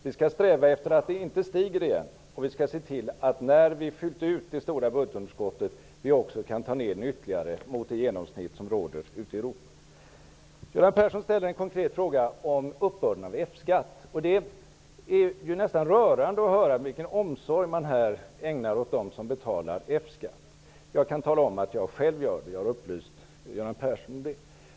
Vi skall sträva efter att det inte skall stiga igen. Och vi skall se till att vi, när vi har fyllt det stora budgetunderskottet, också kan ta ner det ytterligare mot det genomsnitt som råder ute i Göran Persson ställde en konkret fråga om uppbörden av F-skatt. Det är nästan rörande att höra vilken omsorg man här ägnar dem som betalar F-skatt. Jag kan tala om att jag själv gör det, vilket jag har upplyst Göran Persson om.